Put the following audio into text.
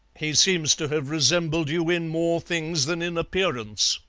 he seems to have resembled you in more things than in appearance,